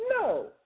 No